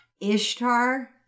Ishtar